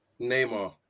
Neymar